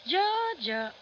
Georgia